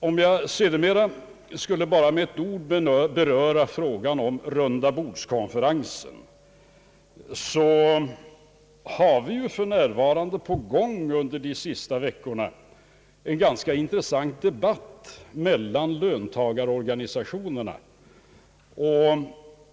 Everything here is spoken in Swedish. Om jag så bara med ett ord skulle beröra frågan om en rundabordskonferens så har vi ju under de senaste veckorna på gång en ganska intressant debatt mellan löntagarorganisationerna.